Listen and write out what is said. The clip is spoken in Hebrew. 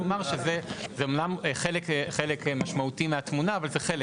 זה אמנם חלק משמעותי מהתמונה, אבל זה חלק.